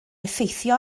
effeithio